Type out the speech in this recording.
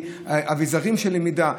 אביזרים של למידה,